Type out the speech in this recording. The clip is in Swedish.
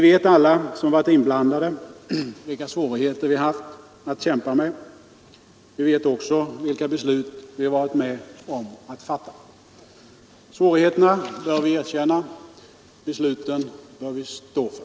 Alla vi som varit inblandade vet vilka svårigheter vi haft att kämpa med. Vi vet också vilka beslut vi varit med om att fatta. Svårigheterna bör vi erkänna, besluten bör vi stå för.